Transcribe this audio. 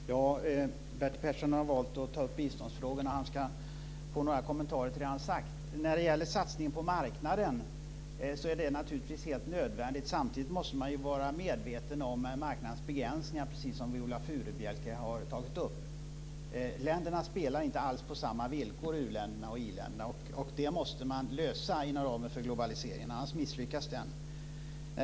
Fru talman! Bertil Persson har valt att ta upp biståndsfrågorna. Han ska få några kommenterar till det han har sagt. Satsningen på marknaden är naturligtvis helt nödvändig. Samtidigt måste man vara medveten om en marknads begränsningar, precis som Viola Furubjelke har tagit upp. Länderna spelar inte alls på samma villkor i u-länderna och i i-länderna, och det måste vi lösa inom ramen för globaliseringen. Annars misslyckas den.